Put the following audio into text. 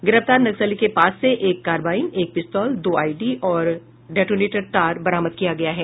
गिरफ्तार नक्सली के पास से एक कार्बाइन एक पिस्तौल दो आइडी और डेटोनेटर तार बरामद किया गया है